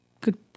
Good